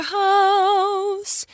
house